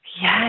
Yes